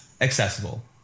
Accessible